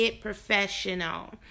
professional